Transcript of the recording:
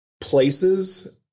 places